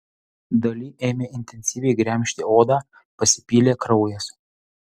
dali ėmė intensyviai gremžti odą pasipylė kraujas